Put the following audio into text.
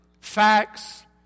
facts